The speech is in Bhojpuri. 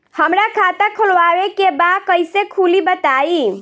हमरा खाता खोलवावे के बा कइसे खुली बताईं?